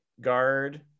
guard